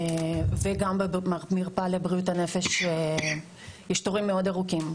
גם במרפאה לבריאות הנפש יש תורים מאוד ארוכים.